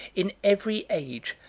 in every age,